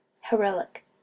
heroic